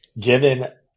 given